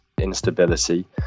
instability